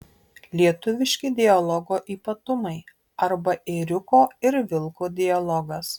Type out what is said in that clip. lietuviški dialogo ypatumai arba ėriuko ir vilko dialogas